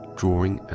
drawing